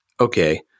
okay